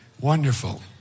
Wonderful